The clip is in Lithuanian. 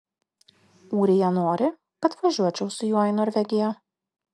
ūrija nori kad važiuočiau su juo į norvegiją